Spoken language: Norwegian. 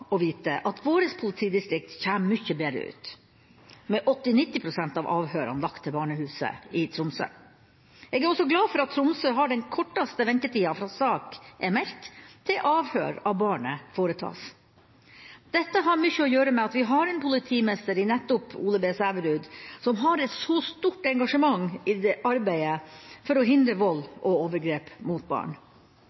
å vite at vårt politidistrikt kommer mye bedre ut, med 80–90 pst. av avhørene lagt til barnehuset i Tromsø. Jeg er også glad for at Tromsø har den korteste ventetida fra sak er meldt, til avhør av barnet foretas. Dette har mye å gjøre med at vi har en politimester i nettopp Ole B. Sæverud som har et så stort engasjement i arbeidet for å hindre vold